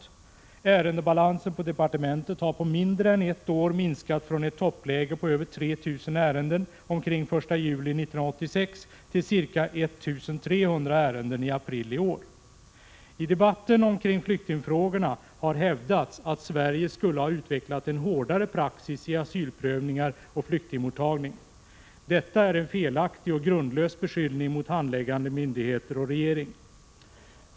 1986/87:136 lansen på departementet har på mindre än ett år minskat från ett toppläge på — 4 juni 1987 över 3 000 ärenden omkring den 1 juli 1986 till ca 1 300 ärenden i april i år. I debatten omkring flyktingfrågorna har hävdats att Sverige skulle ha utvecklat en hårdare praxis i asylprövningar och flyktingmottagning. Detta är en felaktig och grundlös beskyllning mot handläggande myndigheter och regering.